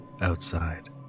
outside